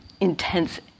intense